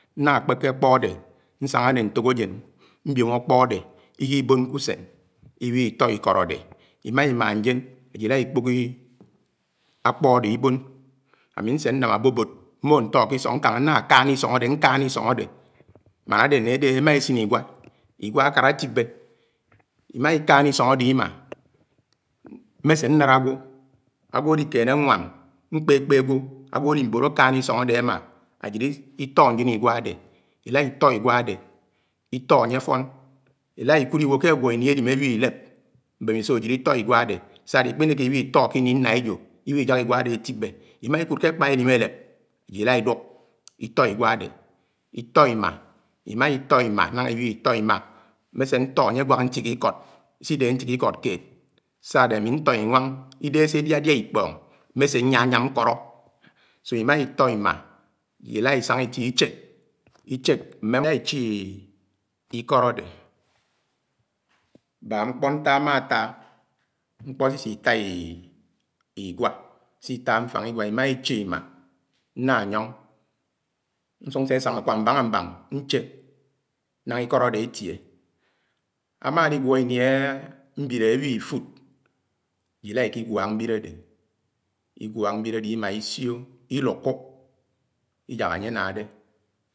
. ñna kpeke akpò ade, ñsañgá ne ntokajen mbiom akpò adẽ ikiboñ k'usen ibihi tó ikót ade imaa imaa ndien ajid ila ikpök akpo ade ibon, ami nsè nam abobod moho ntọ ke isọng ñkãnga nkáná isọ́ng ade, nkáná isong ade, mana ade ne'de emá esin igwa, igwa akara atibẽ, imaa ikána isong ade imaa mmese nlád agwo agwo adi kénẽ añwám, nkpe nkpe agwo, agwo ali bod akãna isong ade ama ajid ito ndien igwa adẽ. Ila itọ igwa adẽ itò anye q fòn ila ikúd ibo ke agwo ini edim awihi ilep mbemiso ajid itọ igwá adé sa ade ikpi neke ibi itọ kini nna ejo iwihi yak igwa ade atibe, imaa ikud ke akpa elim alép ajid ila idûk ito, igwa ade, itọ imaa, imaa itọ imma nagha ibi tó imaa mmese ntó anye anwak ntighi ikót isidehe ntighi ikót kied sa ade ami ntó inwáng ideghe se ediádiá ikpöng. Mmese nyanyam nkóró so imaa itò imaa ajid ila isañga itie icheck, icheck me ela echi ikót ade baak ñkpo nta ama taa, ñkpo si isi taa igwa, si taa mfàng igwa, imaa iche imaa nna ton. Nsuk nse nsañga kwa mbaña mbaña ncheck nagha ikót ade atie. Ama did gwo ini mbiele abighi fud ajid ila ka iki gwak mbiere ade, igwak mbiele ade imaa isio ilukó, ijak anye anadé.